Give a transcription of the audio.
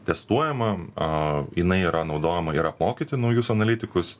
testuojama a jinai yra naudojama ir apmokyti naujus analitikus